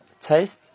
taste